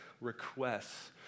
requests